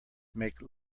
make